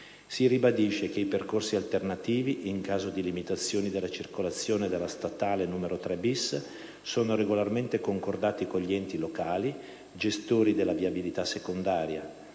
Si ribadisce che i percorsi alternativi, in caso di limitazioni della circolazione sulla strada statale 3 *bis*, sono regolarmente concordati con gli enti locali gestori della viabilità secondaria;